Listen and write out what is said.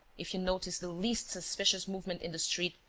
if you notice the least suspicious movement in the street,